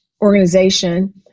organization